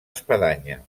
espadanya